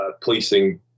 policing